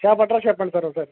shop address చెప్పండి sir ఒకసారి